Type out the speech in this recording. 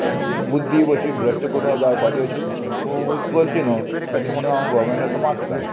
बुद्धी अशी भ्रश्ट करून जावपाची अशी करची न्हू अशें म्हणून हांव गोवोरमेंटा कडेन मागतां